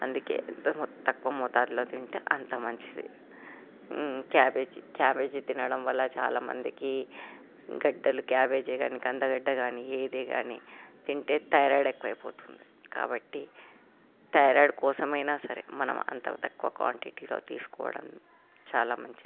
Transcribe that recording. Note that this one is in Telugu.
అందుకే తక్కువ మోతాదులో తింటే అంత మంచిది క్యాబేజీ క్యాబేజీ తినడం వల్ల చాలా మందికి గడ్డలు క్యాబేజీ కానీ కందగడ్డ కానీ ఏది కానీ తింటే థైరాయిడ్ ఎక్కువ అయిపోతుంది కాబట్టి థైరాయిడ్ కోసమైనా సరే మనం అంత తక్కువ క్వాంటిటీలో తీసుకోవడం చాలా మంచిది